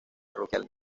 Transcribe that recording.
parroquial